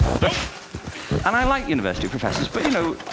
but and i like university professors, but, you know,